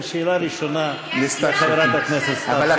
שאלה ראשונה לחברת הכנסת סתיו שפיר.